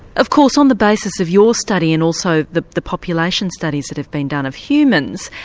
of course, on the basis of your study and also the the population studies that have been done of humans,